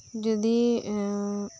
ᱡᱩᱫᱤ